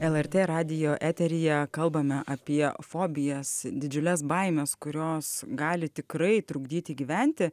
lrt radijo eteryje kalbame apie fobijas didžiules baimes kurios gali tikrai trukdyti gyventi